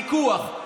פיקוח,